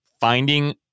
finding